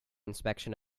inspection